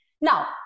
Now